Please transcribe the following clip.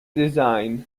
design